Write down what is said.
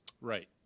right